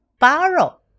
Borrow